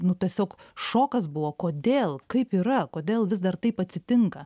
nu tiesiog šokas buvo kodėl kaip yra kodėl vis dar taip atsitinka